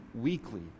weekly